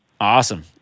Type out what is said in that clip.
awesome